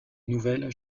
nouvelles